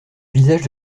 visage